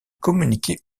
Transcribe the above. communiquée